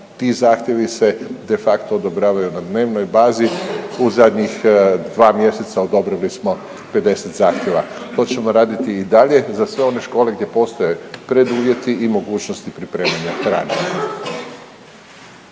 ti zahtjevi se de facto odobravaju na dnevnoj bazi, u zadnjih dva mjeseca, odobrili smo 50 zahtjeva. To ćemo raditi i dalje za sve one škole gdje postoje preduvjeti i mogućnosti pripremanja hrane.